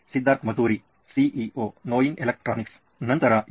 ಸಿದ್ಧಾರ್ಥ್ ಮತುರಿ ಸಿಇಒ ನೋಯಿನ್ ಎಲೆಕ್ಟ್ರಾನಿಕ್ಸ್ ನಂತರ ಇದು